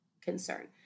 concern